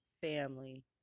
family